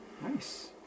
Nice